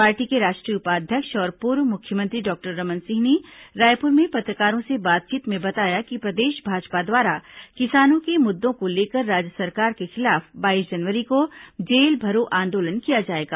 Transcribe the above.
party के राष्ट्रीय उपाध्यक्ष और पूर्व मुख्यमंत्री डॉक्टर रमन सिंह ने रायपुर में पत्रकारों से बातचीत में बताया कि प्रदेश भाजपा द्वारा किसानों के मुद्दों को लेकर राज्य सरकार के खिलाफ बाईस जनवरी को जेल भरो आंदोलन किया जाएगा